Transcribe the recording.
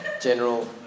general